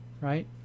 right